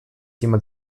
jemand